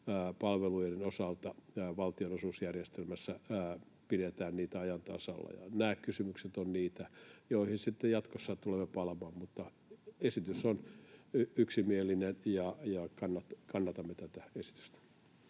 työvoimapalveluiden osalta valtionosuusjärjestelmässä pidetään ajan tasalla. Nämä kysymykset ovat niitä, joihin sitten jatkossa tulemme palaamaan. Esitys on yksimielinen, ja kannatamme tätä esitystä.